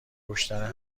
کشتن